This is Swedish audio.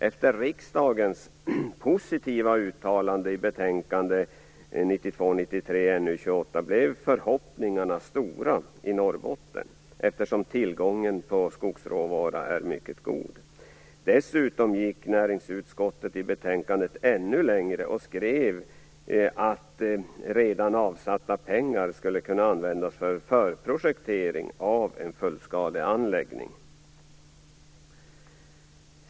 Efter riksdagens positiva uttalande i betänkande 1992/93:NU28 blev förhoppningarna stora i Norrbotten, eftersom tillgången på skogsråvara där är mycket god. Dessutom gick näringsutskottet i betänkandet ännu längre och skrev att redan avsatta pengar skulle kunna användas för förprojektering av en fullskaleanläggning.